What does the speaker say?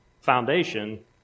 foundation